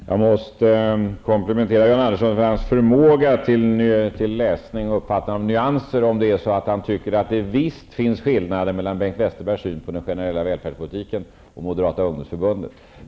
Herr talman! Jag måste komplimentera Jan Andersson för hans förmåga till läsning och uppfattning av nyanser och att han tycker att det visst finns skillnader mellan Bengt Westerbergs och moderata ungdomsförbundets syn på den generella välfärdspolitiken.